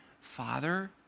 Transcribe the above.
Father